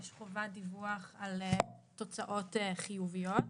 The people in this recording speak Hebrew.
יש חובת דיווח על תוצאות חיוביות,